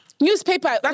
Newspaper